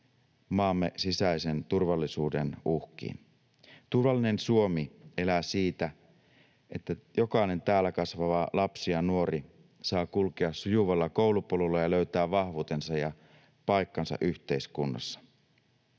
maamme sisäisen turvallisuuden uhkiin. Turvallinen Suomi elää siitä, että jokainen täällä kasvava lapsi ja nuori saa kulkea sujuvalla koulupolulla ja löytää vahvuutensa ja paikkansa yhteiskunnassa.